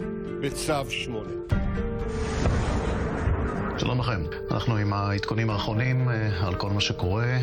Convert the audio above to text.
אנחנו יוצאים כעת להפסקה.